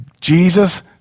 Jesus